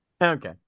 okay